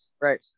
Right